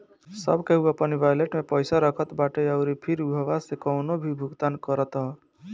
सब केहू अपनी वालेट में पईसा रखत बाटे अउरी फिर उहवा से कवनो भी भुगतान करत हअ